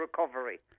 recovery